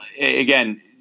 again